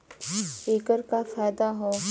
ऐकर का फायदा हव?